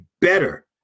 better